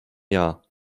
jahr